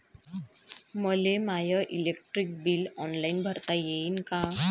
मले my electric bill online भरता येईन का?